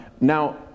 Now